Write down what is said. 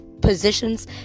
positions